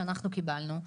שאנחנו קיבלנו,